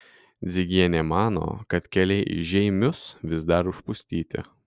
dzigienė mano kad keliai į žeimius vis dar užpustyti